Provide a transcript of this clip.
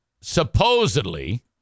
supposedly